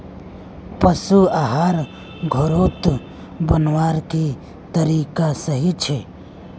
पशु आहार घोरोत बनवार की तरीका सही छे?